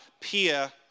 peer